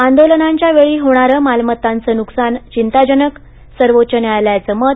आंदोलनांच्या वेळी होणार मालमत्तांचं नुकसान चिंताजनक सर्वोच्च न्यायालयाचं मत